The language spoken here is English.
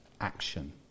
action